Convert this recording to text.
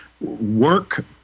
work